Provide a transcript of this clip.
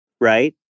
Right